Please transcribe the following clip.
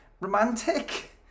Romantic